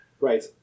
Right